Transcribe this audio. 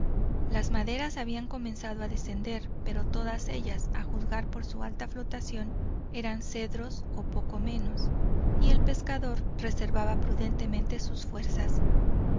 las maderas habían comenzado a descender pero todas ellas a juzgar por su alta flotación eran cedros o poco menos y el pescador reservaba prudentemente sus fuerzas